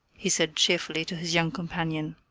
he said cheerfully to his young companion.